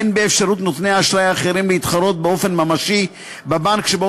אין באפשרות נותני האשראי האחרים להתחרות באופן ממשי בבנק שבו